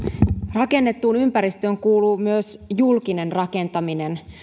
rakennettuun ympäristöön kuuluu myös julkinen rakentaminen